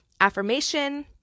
affirmation